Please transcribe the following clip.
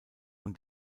und